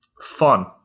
fun